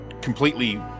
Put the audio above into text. completely